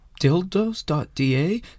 dildos.da